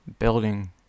Building